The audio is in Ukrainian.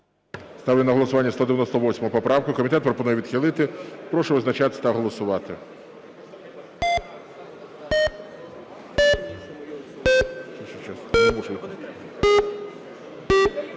Ставлю на голосування 198 поправку. Комітет пропонує відхилити. Прошу визначатись та голосувати.